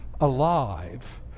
alive